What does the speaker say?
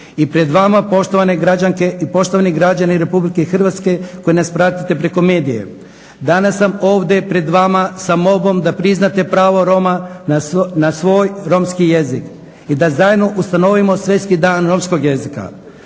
građanke i poštovani građani Republike Hrvatske koji nas pratite preko medija, danas sam ovdje pred vama sa molbom da priznate pravo Roma na svoj romski jezik i da zajedno ustanovimo Svjetski dan romskog jezika,